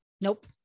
Nope